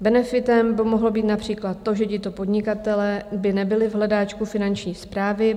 Benefitem by mohlo být například to, že by tito podnikatelé nebyli v hledáčku Finanční správy.